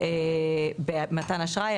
במתן אשראי,